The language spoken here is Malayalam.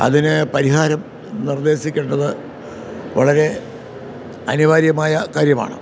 അതിന് പരിഹാരം നിർദ്ദേശിക്കേണ്ടത് വളരെ അനിവാര്യമായ കാര്യമാണ്